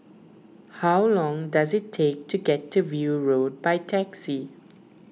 how long does it take to get to View Road by taxi